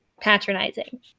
patronizing